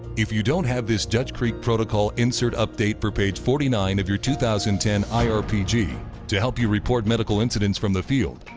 if you don't have this dutch creek protocol insert update for page forty nine of your two thousand and ten irpg to help you report medical incidents from the field,